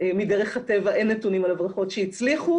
מדרך הטבע אין נתונים על הברחות שהצליחו.